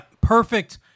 perfect